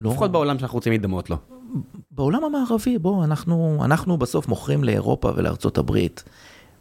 ‫לפחות בעולם שאנחנו רוצים ‫להתדמות לו. ‫בעולם המערבי, בואו, אנחנו, אנחנו בסוף ‫מוכרים לאירופה ולארצות הברית.